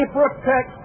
protect